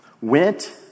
went